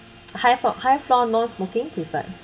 high floor high floor no smoking preferred